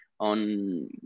on